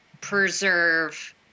preserve